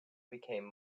became